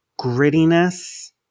grittiness